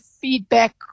feedback